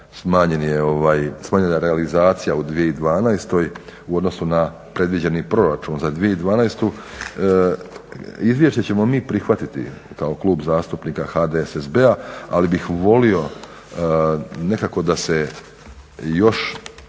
smanjena realizacija u 2012. u odnosu na predviđeni proračun za 2012. Izvješće ćemo mi prihvatiti kao klub zastupnika HDSSB-a, ali bih volio nekako da se još